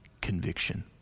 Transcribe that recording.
conviction